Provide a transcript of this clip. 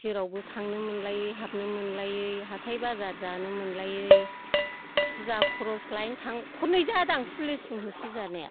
जेरावबो थांनो मोनलायै हाबनो मोनलायै हाथाइ बाजार जानो मोनलायै फुजा खर'स लायनो थां खन्नै जादां पुलिसजों होसोजानाया